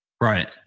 Right